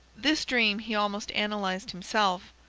this dream he almost analyzed himself.